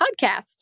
podcast